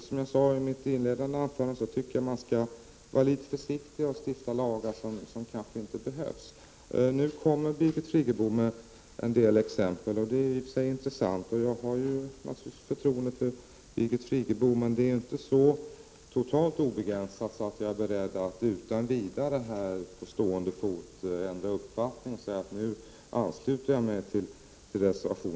Som jag sade i mitt inledande anförande, tycker jag att man skall vara litet försiktig med att stifta lagar som kanske inte behövs. Nu kom Birgit Friggebo med en del exempel, och det är i och för sig intressant. Jag har naturligtvis förtroende för Birgit Friggebo, men det är inte så totalt obegränsat att jag är beredd att utan vidare på stående fot ändra uppfattning och säga att jag ansluter mig till reservationen.